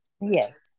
Yes